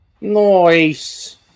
nice